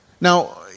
Now